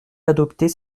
d’adopter